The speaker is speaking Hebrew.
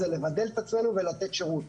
זה לבדל את עצמנו ולתת שירות,